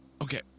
Okay